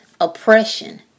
oppression